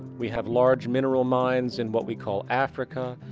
we have large mineral mines in what we call africa,